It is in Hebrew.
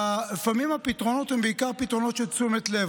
לפעמים הפתרונות הם בעיקר פתרונות של תשומת לב.